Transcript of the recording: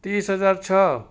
ત્રીસ હજાર છ